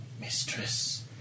Mistress